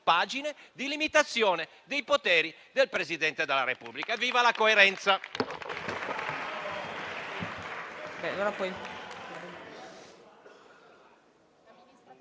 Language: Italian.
pagine di limitazioni dei poteri del Presidente della Repubblica. Viva la coerenza.